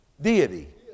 Deity